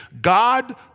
God